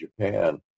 Japan